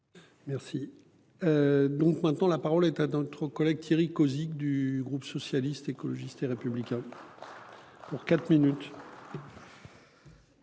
Merci. Donc maintenant, la parole est à dans le trop collègue Thierry Cozic du groupe socialiste, écologiste. Ces républicains. Pour quatre minutes.